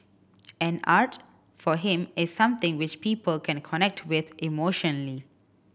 and art for him is something which people can connect with emotionally